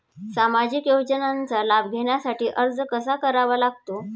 सामाजिक योजनांचा लाभ घेण्यासाठी अर्ज कसा करावा लागतो?